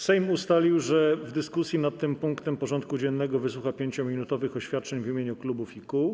Sejm ustalił, że w dyskusji nad tym punktem porządku dziennego wysłucha 5-minutowych oświadczeń w imieniu klubów i kół.